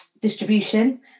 distribution